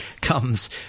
comes